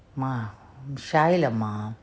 mah shy lah mah